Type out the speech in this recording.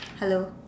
hello